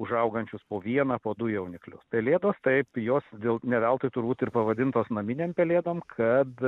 užaugančius po vieną po du jauniklius pelėdos taip jos dėl ne veltui turbūt ir pavadintos naminėm pelėdom kad